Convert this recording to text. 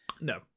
no